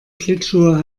schlittschuhe